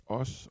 os